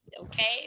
okay